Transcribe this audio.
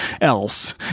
else